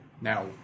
Now